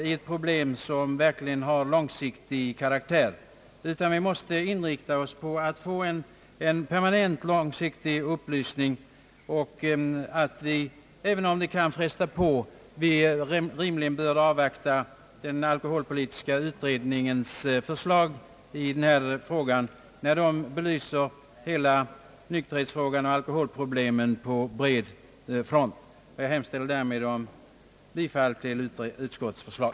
Detta är verkligen ett problem av långsiktig karaktär, vi måste inrikta oss på en permanent, långsiktig upplysning. Och även om det kan fresta på bör vi rimligen avvakta den alkoholpolitiska utredningens betänkande och förslag med belysning av hela nykterhetsfrågan och alkoholproblemen på bred front. Jag hemställer därmed om bifall till utskottets förslag.